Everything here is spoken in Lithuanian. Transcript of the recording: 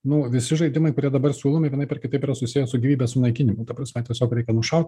nuo visi žaidimai kurie dabar siūlomi vienaip ar kitaip yra susiję su gyvybės sunaikinimu ta prasme tiesiog reikia nušaut